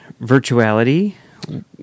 virtuality